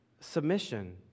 submission